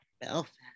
Belfast